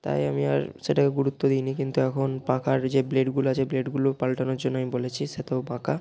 তাই আমি আর সেটাকে গুরুত্ব দিইনি কিন্তু এখন পাখার যে ব্লেডগুলো আছে ব্লেডগুলো পাল্টানোর জন্য আমি বলেছি সে তো বাঁকা